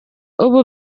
ubu